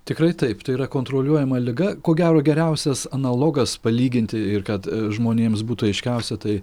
tikrai taip tai yra kontroliuojama liga ko gero geriausias analogas palyginti ir kad žmonėms būtų aiškiausia tai